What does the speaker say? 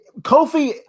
Kofi